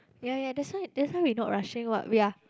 ya ya that's why that's why we not rushing what we are